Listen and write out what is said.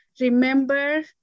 remember